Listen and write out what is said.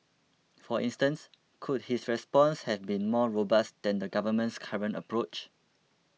for instance could his response have been more robust than the government's current approach